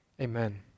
amen